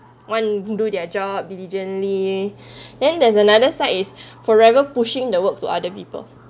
one do their job diligently then there's another side is forever pushing the work to other people